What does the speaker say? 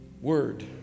word